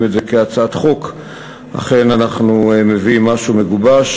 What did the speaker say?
את זה כהצעת חוק אכן אנחנו מביאים משהו מגובש.